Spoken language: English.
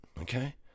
okay